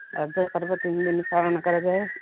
ରଜ ପର୍ବ ତିନି ଦିନ ପାଳନ କରାଯାଏ